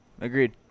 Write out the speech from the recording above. agreed